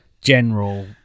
general